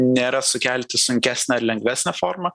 nėra sukelti sunkesnę ar lengvesnę formą